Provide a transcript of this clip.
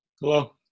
Hello